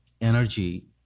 energy